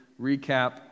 recap